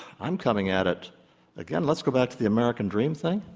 i'm coming at it again, let's go back to the american dream thing.